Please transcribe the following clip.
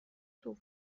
دوم